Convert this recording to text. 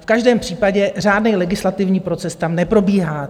V každém případě řádný legislativní proces tam neprobíhá.